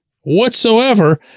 whatsoever